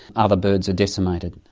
other birds are decimated.